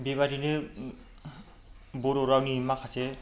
बेबादिनो बर' रावनि माखासे